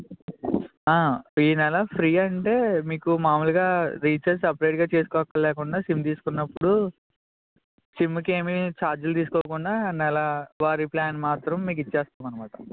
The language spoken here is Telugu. ఈ నెల ఫ్రీ అంటే మీకు మావులుగా రిచార్జ్ సపరేటుగా చేసుకో అక్కర లేకుండా సిమ్ తీసుకున్నప్పుడు సిమ్కు ఏమి చార్జీలు తీసుకోకుండా నెలవారీ ప్లాన్ మాత్రం మీకు ఇస్తాం అన్నమాట